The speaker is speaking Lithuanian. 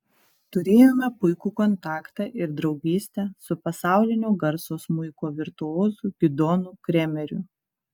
turėjome puikų kontaktą ir draugystę su pasaulinio garso smuiko virtuozu gidonu kremeriu